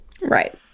Right